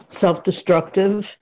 self-destructive